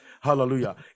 Hallelujah